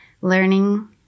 learning